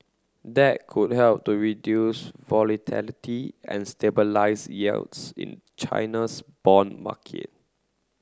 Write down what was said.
that could help to reduce volatility and stabilise yields in China's bond market